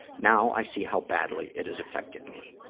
now, i see how badly it has affected me.